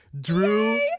Drew